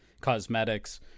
cosmetics